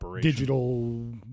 Digital